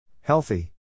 Healthy